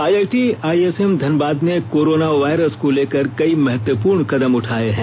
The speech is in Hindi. आईआईटी आईएसएम धनबाद ने कोरोना वायरस को लेकर कई महत्वपूर्ण कदम उठाये हैं